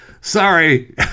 sorry